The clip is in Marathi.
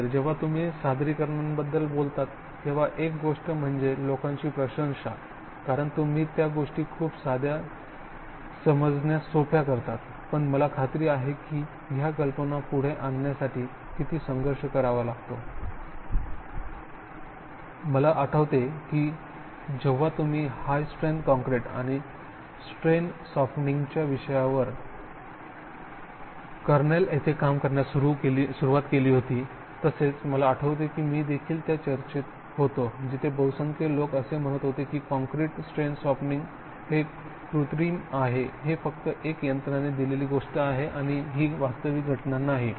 रवींद्र जेव्हा तुम्ही सादरीकरणांबद्दल बोलता तेव्हा एक गोष्ट म्हणजे लोकांची प्रशंसा कारण तुम्ही त्या गोष्टी खूप सध्या समजण्यास सोप्या करता पण मला खात्री आहे की ह्या कल्पना पुढे आणण्यासाठी किती संघर्ष करावा लागतो मला आठवते की जेव्हा तुम्ही हाय स्ट्रेंथ कोन्क्रीट आणि स्ट्रेन सॉफ्टनिंगच्या विषयावर वर कॉर्नेल येथे काम करण्यास सुरुवात केली होती तसेच मला आठवते की मी देखील त्या चर्चेत होतो जिथे बहुसंख्य लोक असे म्हणत होते कि कॉंक्रिट स्ट्रेन सॉफ्टनिंग हे कृत्रिम आहे हे फक्त एक यंत्राने दिलेले गोष्ट आहे आणि ही वास्तविक घटना नाही